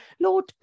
Lord